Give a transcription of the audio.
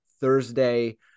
Thursday